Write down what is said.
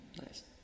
nice